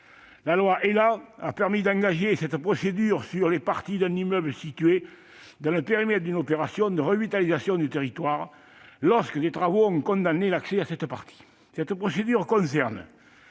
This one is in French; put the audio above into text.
(ÉLAN) a permis d'engager cette procédure sur les parties d'un immeuble situé dans le périmètre d'une opération de revitalisation de territoire, lorsque des travaux ont condamné l'accès à cette partie. Cette procédure concerne